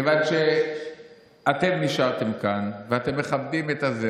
כיוון שאתם נשארתם כאן ואתם מכבדים את זה,